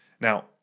Now